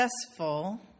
successful